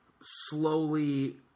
slowly